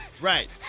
Right